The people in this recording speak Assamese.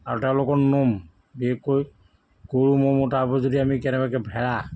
আৰু তাৰ লগত নোম বিশেষকৈ গৰু ম'হ তাৰ ওপৰত যদি আমি কেনেবাকৈ ভেড়া